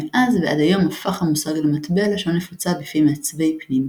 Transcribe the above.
מאז ועד היום הפך המושג למטבע לשון נפוצה בפי מעצבי פנים,